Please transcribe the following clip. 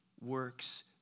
works